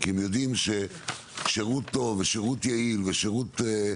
כי הם יודעים ששירות טוב ושירות יעיל זה מה